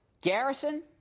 Garrison